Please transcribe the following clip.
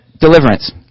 deliverance